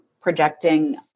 projecting